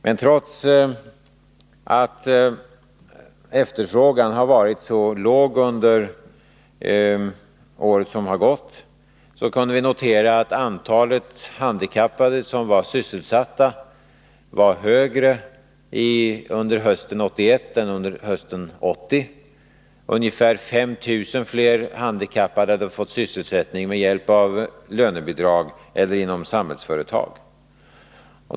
Men trots att efterfrågan har varit så låg under det år som har gått, kunde vi notera att antalet handikappade som var sysselsatta var högre under hösten 1981 än under hösten 1980. Ungefär 5 000 fler handikappade hade fått sysselsättning med hjälp av lönebidrag eller inom Samhällsföretag.